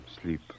sleep